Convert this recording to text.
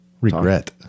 Regret